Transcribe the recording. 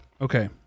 Okay